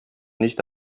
nicht